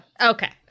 Okay